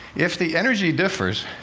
if the energy differs,